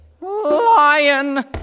Lion